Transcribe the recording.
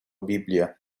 biblia